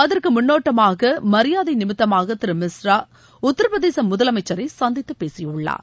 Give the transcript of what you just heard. அகுற்கு முன்னோட்டமாக மரியாதை நிமித்தமாக திரு மிஸ்ரா உத்தரப்பிரதேச முதலமச்சரை சந்தித்துப் பேசியுள்ளார்